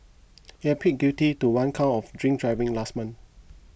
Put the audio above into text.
he had pleaded guilty to one count of drink driving last month